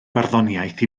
barddoniaeth